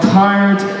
tired